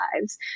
lives